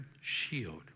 shield